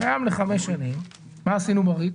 מה עשינו ב-ריט?